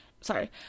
sorry